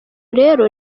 rero